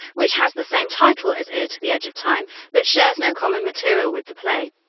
which has the same title as ear to the edge of time but shares no common material with the play.